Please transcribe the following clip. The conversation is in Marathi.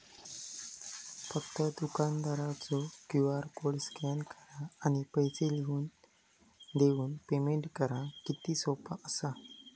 फक्त दुकानदारचो क्यू.आर कोड स्कॅन करा आणि पैसे लिहून देऊन पेमेंट करा किती सोपा असा